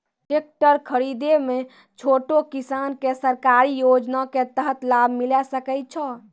Tractor खरीदै मे छोटो किसान के सरकारी योजना के तहत लाभ मिलै सकै छै?